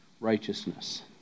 righteousness